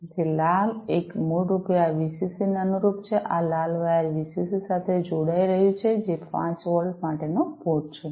તેથી લાલ એક મૂળરૂપે આ વીસીસી ને અનુરૂપ છે આ લાલ વાયર વીસીસી સાથે જોડાઈ રહ્યું છે જે 5 વોલ્ટ માટેનો પોર્ટ છે